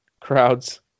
crowds